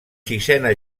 sisena